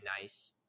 nice